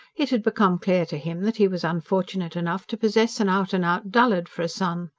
it had become clear to him that he was unfortunate enough to possess an out-and-out dullard for a son.